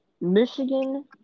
Michigan